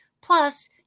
Plus